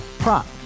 Prop